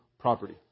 property